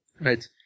Right